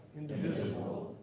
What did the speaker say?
indivisible,